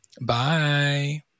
Bye